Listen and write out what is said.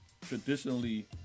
traditionally